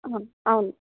అవును